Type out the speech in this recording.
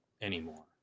anymore